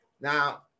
Now